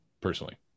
personally